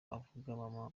avuga